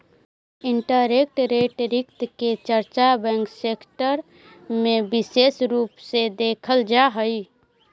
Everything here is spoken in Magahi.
इंटरेस्ट रेट रिस्क के चर्चा बैंक सेक्टर में विशेष रूप से देखल जा हई